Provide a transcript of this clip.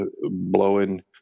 blowing